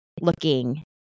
looking